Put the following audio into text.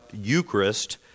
Eucharist